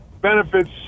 benefits